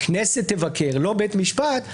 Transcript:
הכנסת תבקר ולא בית המשפט,